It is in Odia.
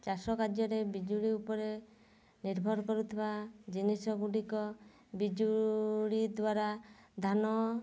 ଚାଷ କାର୍ଯ୍ୟରେ ବିଜୁଳି ଉପରେ ନିର୍ଭର କରୁଥିବା ଜିନିଷ ଗୁଡ଼ିକ ବିଜୁଳି ଦ୍ଵାରା ଧାନ